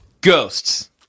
ghosts